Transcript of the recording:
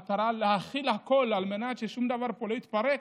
במטרה להכיל הכול על מנת ששום דבר פה לא יתפרק,